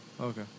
okay